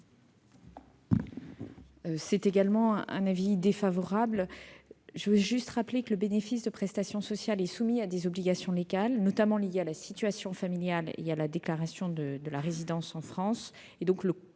est également défavorable. Je veux juste rappeler que le bénéfice des prestations sociales est soumis à des obligations légales, notamment liées à la situation familiale et à la déclaration de la résidence en France. Le